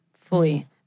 fully